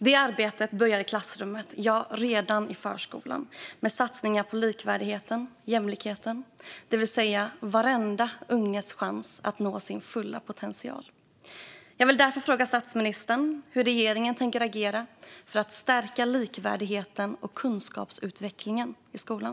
Det arbetet börjar i klassrummet, ja redan i förskolan, med satsningar på likvärdigheten och jämlikheten, det vill säga varenda unges chans att nå sin fulla potential. Jag vill därför fråga statsministern hur regeringen tänker agera för att stärka likvärdigheten och kunskapsutvecklingen i skolan.